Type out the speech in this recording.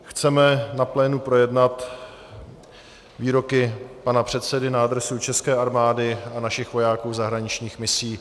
Chceme na plénu projednat výroky pana předsedy na adresu české armády a našich vojáků v zahraničních misích.